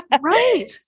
Right